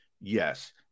Yes